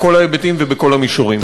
בכל ההיבטים ובכל המישורים.